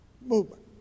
movement